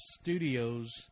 studios